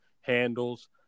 handles